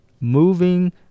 moving